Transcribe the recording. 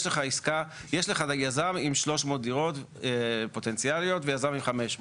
יש לך יזם עם 300 דירות פוטנציאליות ויזם עם 500,